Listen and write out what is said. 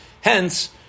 Hence